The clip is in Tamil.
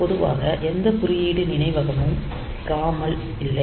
பொதுவாக எந்த குறியீடு நினைவகமும் ROM இல் இல்லை